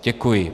Děkuji.